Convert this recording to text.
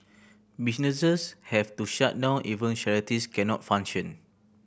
businesses have to shut down even charities cannot function